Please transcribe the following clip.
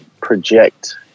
project